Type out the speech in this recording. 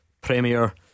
Premier